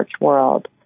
world